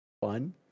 fun